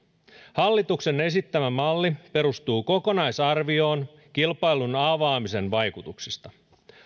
hallituksen esittämä malli perustuu kokonaisarvioon kilpailun avaamisen vaikutuksista